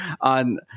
on